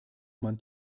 man